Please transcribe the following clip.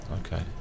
Okay